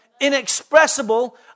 Inexpressible